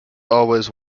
always